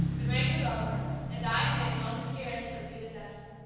the rain was over a dying wind moaned mysteriously through the dusk.